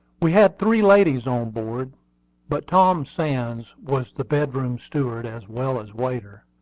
we had three ladies on board but tom sands was the bedroom steward as well as waiter,